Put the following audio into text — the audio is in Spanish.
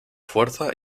fuerza